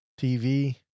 TV